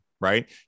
right